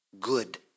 good